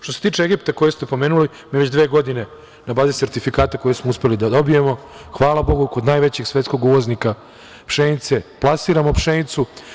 Što se tiče Egipta koji ste pomenuli, mi već dve godine na bazi sertifikata koje smo uspeli da dobijemo, hvala Bogu, kod najvećeg svetskog uvoznika pšenice, plasiramo pšenicu.